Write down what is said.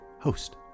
host